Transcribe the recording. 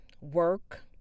work